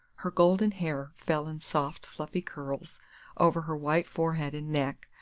her golden hair fell in soft fluffy curls over her white forehead and neck,